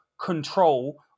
control